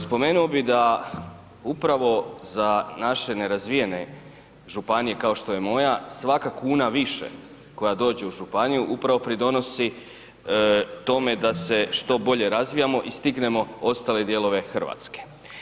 Spomenuo bi da upravo za naše nerazvijene županije kao što je moja svaka kuna više koja dođe u županiju upravo pridonosi tome da se što bolje razvijamo i stignemo ostale dijelove Hrvatske.